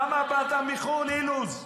למה באת מחו"ל, אילוז?